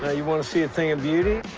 you want to see a thing of beauty?